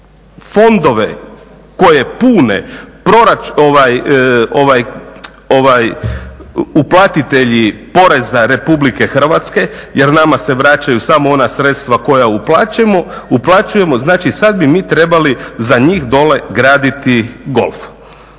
fondove koje pune uplatitelji poreza Republike Hrvatske jer nama se vraćaju samo ona sredstva koja uplaćujemo. Znači, sad bi mi trebali za njih dole graditi golf.